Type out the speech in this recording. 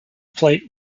plate